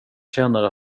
känner